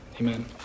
Amen